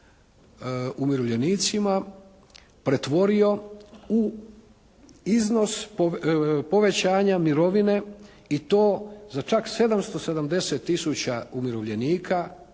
umirovljenicima pretvorio u iznos povećanja mirovine i to za čak 770 tisuća umirovljenika